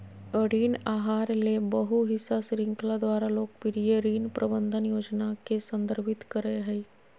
ऋण आहार ले बहु हिस्सा श्रृंखला द्वारा लोकप्रिय ऋण प्रबंधन योजना के संदर्भित करय हइ